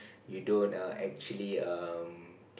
you don't err actually um